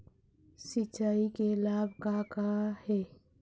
सिचाई के लाभ का का हे?